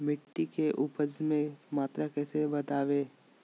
मिट्टी में ऊमस की मात्रा कैसे बदाबे?